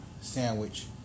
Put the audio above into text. sandwich